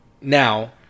now